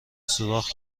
سوراخ